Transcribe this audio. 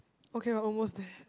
okay we're almost there